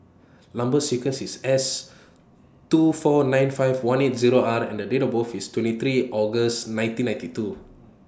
Number sequence IS S two four nine five one eight Zero R and Date of birth IS twenty three August nineteen ninety two